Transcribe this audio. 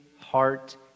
heart